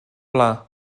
pla